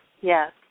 yes